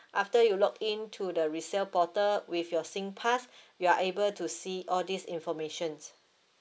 after you log in to the resale portal with your singpass you are able to see all these informations